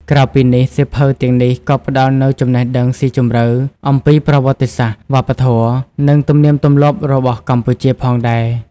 ក្រៅពីនេះ សៀវភៅទាំងនេះក៏ផ្ដល់នូវ ចំណេះដឹងស៊ីជម្រៅ អំពីប្រវត្តិសាស្ត្រ វប្បធម៌ និងទំនៀមទម្លាប់របស់កម្ពុជាផងដែរ។